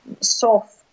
soft